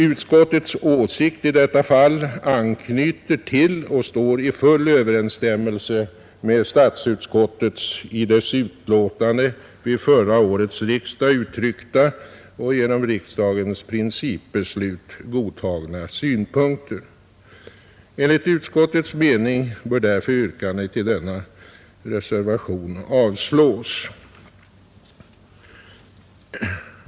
Utskottets åsikt i detta fall anknyter till och står i full överensstämmelse med statsutskottets i dess utlåtande vid förra årets riksdag uttryckta och genom riksdagens principbeslut godtagna synpunkter. Enligt utskottets mening bör därför yrkandet i denna reservation avslås.